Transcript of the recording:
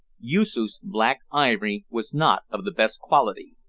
yoosoof's black ivory was not of the best quality,